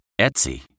Etsy